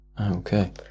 okay